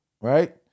right